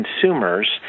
consumers